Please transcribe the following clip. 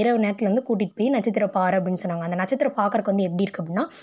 இரவு நேரத்தில் வந்து கூட்டிட்டு போய் நட்சத்திரம் பார் அப்படின்னு சொன்னாங்க அந்த நட்சத்திரம் பாக்கறதுக்கு வந்து எப்படி இருக்கும் அப்படின்னா